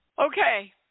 Okay